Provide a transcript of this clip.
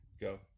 Go